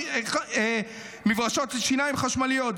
מברשות שיניים חשמליות,